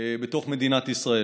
בתוך מדינת ישראל.